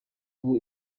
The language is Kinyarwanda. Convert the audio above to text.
ubu